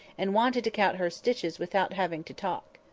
and wanted to count her stitches without having to talk.